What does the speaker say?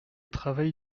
travail